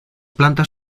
plantas